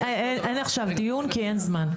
אין עכשיו דיון כי אין זמן.